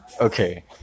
Okay